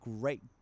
great